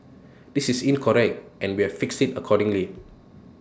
this is incorrect and we have fixed IT accordingly